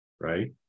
right